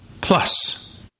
plus